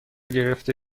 گرفته